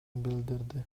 билдирди